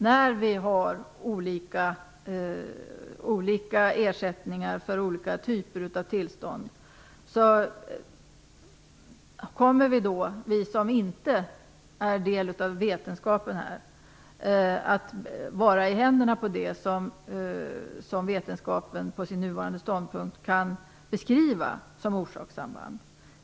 När vi har olika ersättningar för olika typer av tillstånd kommer vi som inte är del av vetenskapen att vara i händerna på det som vetenskapen utifrån sin nuvarande ståndpunkt beskriver som orsakssamband.